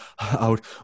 out